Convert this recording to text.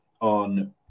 on